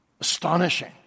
Astonishing